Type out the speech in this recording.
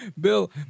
Bill